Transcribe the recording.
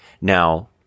Now